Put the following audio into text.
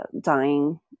dying